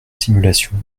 simulations